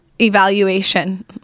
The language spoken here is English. evaluation